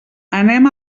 anem